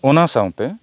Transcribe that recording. ᱚᱱᱟ ᱥᱟᱶᱛᱮ